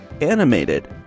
animated